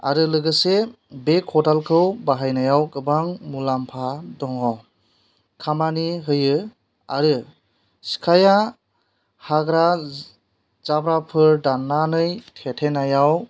आरो लोगोसे बे खदालखौ बाहायनायाव गोबां मुलाम्फा दङ खामानि होयो आरो सिखाया हाग्रा जाब्राफोर दाननानै थेथेनायाव